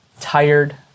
tired